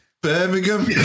Birmingham